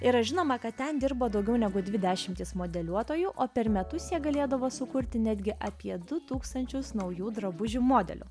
yra žinoma kad ten dirbo daugiau negu dvi dešimtys modeliuotojų o per metus jie galėdavo sukurti netgi apie du tūkstančius naujų drabužių modelių